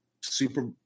super